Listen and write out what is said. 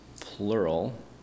plural